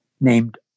named